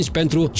pentru